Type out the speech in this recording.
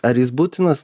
ar jis būtinas